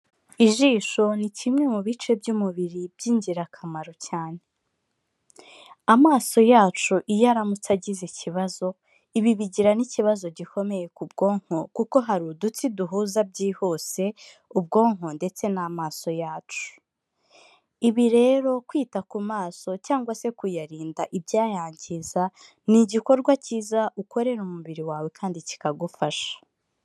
Ijisho ni kimwe mu bice by'umubiri by'ingirakamaro cyane. Amaso yacu iyo aramutse agize ikibazo, ibi bigira n'ikibazo gikomeye ku bwonko kuko hari udutsi duhuza byihuse ubwonko ndetse n'amaso yacu. Ibi rero kwita ku maso cyangwa se kuyarinda ibyayangiza, ni igikorwa kiza ukorera umubiri wawe kandi kikagufasha.